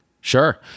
Sure